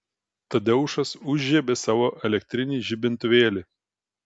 tadeušas užžiebė savo elektrinį žibintuvėlį